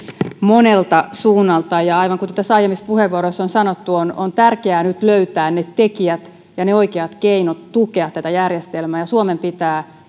monelta suunnalta aivan kuten tässä aiemmissa puheenvuoroissa on sanottu on on tärkeää nyt löytää ne tekijät ja ne oikeat keinot tukea tätä järjestelmää ja suomen pitää